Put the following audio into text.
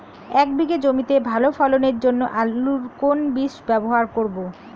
এক বিঘে জমিতে ভালো ফলনের জন্য আলুর কোন বীজ ব্যবহার করব?